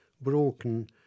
broken